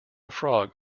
frog